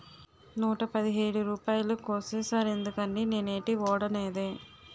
నూట పదిహేడు రూపాయలు కోసీసేరెందుకండి నేనేటీ వోడనేదే